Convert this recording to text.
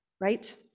right